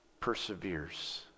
perseveres